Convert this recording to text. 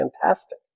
fantastic